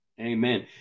Amen